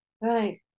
Right